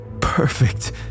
perfect